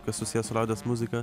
kas susiję su liaudies muzika